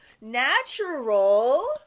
natural